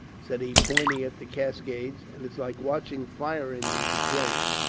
said he, pointing at the cascades, and it's like watching fire-engines a-playing.